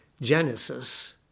Genesis